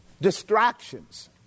distractions